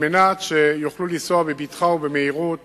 על מנת שיוכלו לנסוע בבטחה ובמהירות